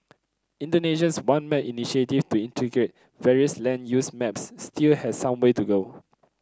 Indonesia's One Map initiative to integrate various land use maps still has some way to go